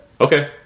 Okay